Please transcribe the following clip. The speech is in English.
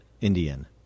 Indian